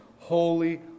Holy